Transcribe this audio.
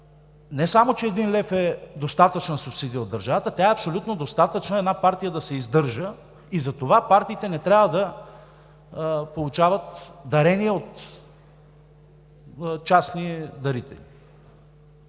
не само че един лев е достатъчна субсидия от държавата – тя е абсолютно достатъчна една партия да се издържа и затова партиите не трябва да получават дарения от частни дарители.